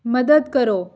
ਮਦਦ ਕਰੋ